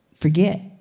forget